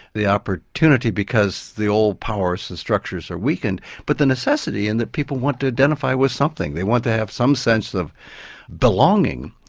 the opportunity, because the old powers and structures are weakened, but the necessity in that people want to identify with something they want to have some sense of belonging.